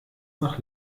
nach